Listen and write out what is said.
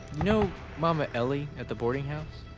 know mama ellie at the boarding house?